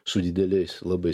su dideliais labai